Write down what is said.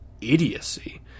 idiocy